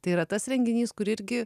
tai yra tas renginys kur irgi